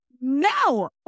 no